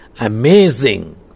amazing